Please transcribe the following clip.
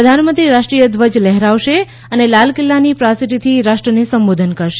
પ્રધાનમંત્રી રાષ્ટ્રીય ધ્વજ લહેરાવશે અને લાલ કિલ્લાની પ્રાસીટથી રાષ્ટ્રને સંબોધન કરશે